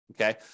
okay